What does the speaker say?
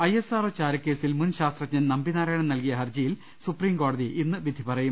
ISRO ചാരക്കേസിൽ മുൻ ശാസ്ത്രജ്ഞൻ നമ്പി നാരായണൻ നൽകിയ ഹർജിയിൽ സുപ്രീംകോടതി ഇന്ന് വിധി പറയും